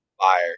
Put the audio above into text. fire